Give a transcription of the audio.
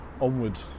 Onward